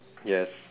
yes